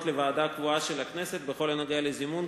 לוועדה קבועה של הכנסת בכל הנוגע לזימון,